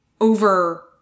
over